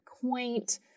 quaint